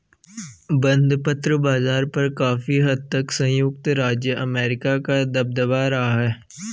बंधपत्र बाज़ार पर काफी हद तक संयुक्त राज्य अमेरिका का दबदबा रहा है